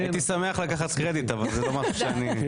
הייתי שמח לקחת קרדיט, אבל זה לא משהו שאני.